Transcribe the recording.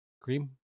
cream